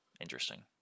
Interesting